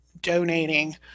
donating